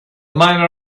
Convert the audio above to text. miner